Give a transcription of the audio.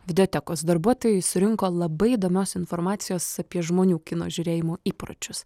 videotekos darbuotojai surinko labai įdomios informacijos apie žmonių kino žiūrėjimo įpročius